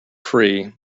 free